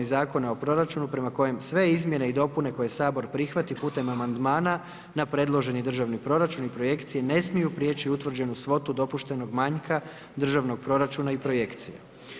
Zakona o proračunu prema kojem sve izmjene i dopune koje Sabor prihvati putem amandmana na predloženi državni proračun i projekcije, ne smiju preći utvrđenu svotu dopuštenog manjka državnog proračuna i projekcije.